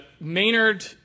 Maynard –